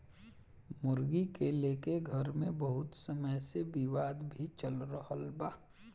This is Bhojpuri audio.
मुर्गी के लेके घर मे बहुत समय से विवाद भी चल रहल बा